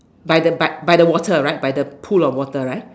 by the by by the water right by the pool of water right